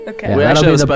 Okay